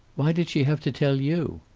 why did she have to tell you?